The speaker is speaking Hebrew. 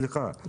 סליחה.